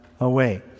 away